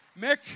Mick